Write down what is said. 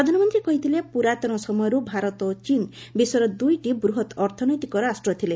ପ୍ରଧାନମନ୍ତ୍ରୀ କହିଥିଲେ ପୁରାତନ ସମୟରୁ ଭାରତ ଓ ଚୀନ୍ ବିଶ୍ୱର ଦୁଇଟି ବୃହତ୍ ଅର୍ଥନୈତିକ ରାଷ୍ଟ୍ର ଥିଲେ